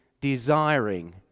desiring